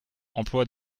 emplois